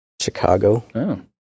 Chicago